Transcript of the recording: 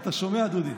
אתה שומע, דודי?